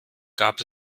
gab